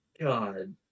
God